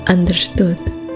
Understood